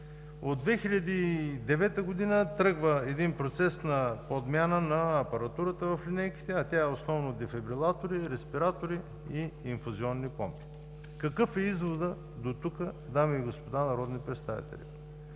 От 2009 г. тръгва един процес на подмяна на апаратурата в линейките, а тя е основно дефибрилатори, респиратори и инфузионни помпи. Какъв е изводът до тук, дами и господа народни представители?